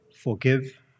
Forgive